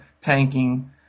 tanking